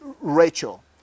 Rachel